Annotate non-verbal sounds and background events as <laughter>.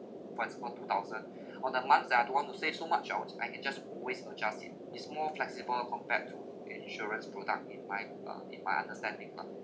for example two thousand <breath> on the months that I don't want to save so much I will I can just always adjust it is more flexible compared to insurance product in my uh in my understanding lah